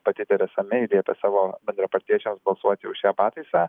pati teresa mei liepė savo bendrapartiečiams balsuoti už šią pataisą